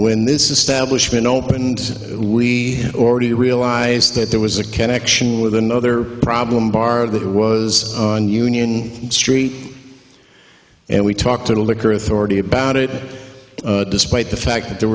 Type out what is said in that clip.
when this establishment opened we already realized that there was a connection with another problem bar that was on union street and we talked to the liquor authority about it despite the fact that there